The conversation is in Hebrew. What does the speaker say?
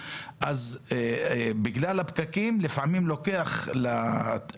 אבל בגלל הפקקים לפעמים לוקח הרבה זמן להגיע.